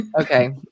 Okay